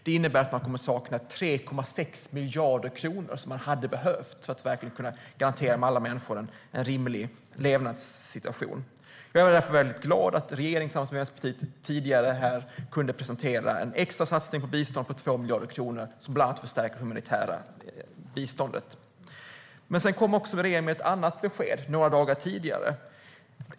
Det innebär att man kommer att sakna 3,6 miljarder kronor som man hade behövt för att verkligen kunna garantera alla människor en rimlig levnadssituation. Jag är därför väldigt glad att regeringen tillsammans med Vänsterpartiet här tidigare kunde presentera en extra satsning på bistånd på 2 miljarder kronor som bland annat förstärker det humanitära biståndet. Regeringen kom också med ett annat besked några dagar tidigare.